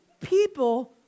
People